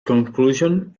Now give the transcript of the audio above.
conclusions